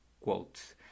quotes